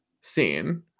scene